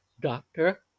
doctor